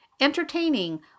entertaining